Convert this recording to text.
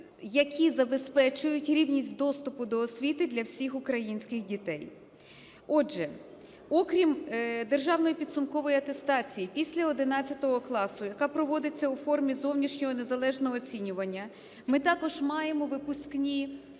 які забезпечують рівність доступу до освіти для всіх українських дітей. Отже, окрім державної підсумкової атестації після 11 класу, яка проводиться у формі зовнішнього незалежного оцінювання, ми також маємо випускні